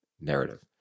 narrative